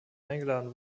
eingeladen